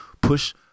push